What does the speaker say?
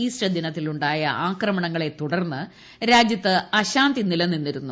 Easter ദിനത്തിൽ ഉണ്ടായ ആക്രമണങ്ങളെ തുടർന്ന് രാജ്യത്ത് അശാന്തി നിലനിന്നിരുന്നു